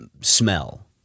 smell